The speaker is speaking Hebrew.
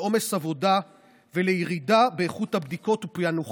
עומס עבודה וירידה באיכות הבדיקות ופענוחן.